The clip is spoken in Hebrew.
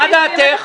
מה דעתך?